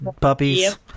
puppies